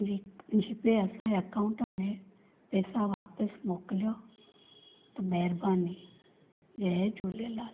GPay असांजे account में पेसा वापसि मोकिलियो त महिरबानी जय झूलेलाल